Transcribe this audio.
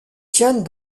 tiennent